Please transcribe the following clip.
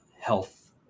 health